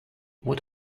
what